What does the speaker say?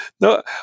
no